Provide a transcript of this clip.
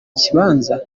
kibanza